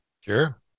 Sure